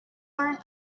earn